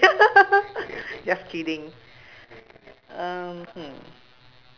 just kidding um hmm